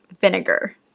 vinegar